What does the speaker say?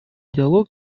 диалог